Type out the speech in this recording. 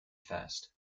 fast